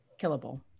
killable